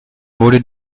wurde